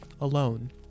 alone